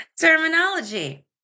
terminology